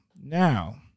Now